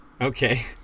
Okay